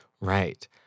Right